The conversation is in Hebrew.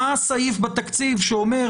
מה הסעיף בתקציב שאומר,